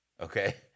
Okay